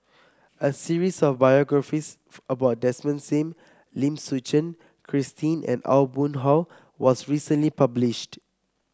a series of biographies about Desmond Sim Lim Suchen Christine and Aw Boon Haw was recently published